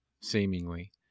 seemingly